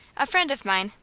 a friend of mine,